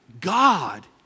God